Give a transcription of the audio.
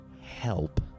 help